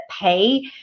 pay